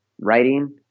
writing